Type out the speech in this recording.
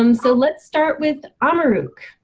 um so let's start with emmerich.